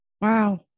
Wow